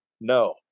no